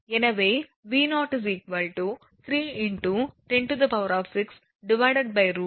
எனவே V0 3 × 106 √2 × 0